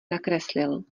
nakreslil